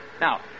Now